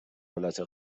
حالت